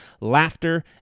laughter